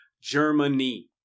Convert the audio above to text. Germany